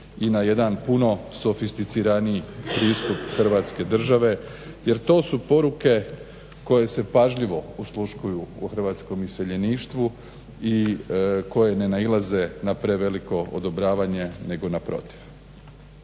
i na jedan puno sofisticiraniji pristup hrvatske države jer to su poruke koje se pažljivo osluškuju u hrvatskom iseljeništvu i koje ne nailaze na preveliko odobravanje nego na protiv.